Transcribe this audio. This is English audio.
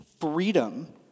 freedom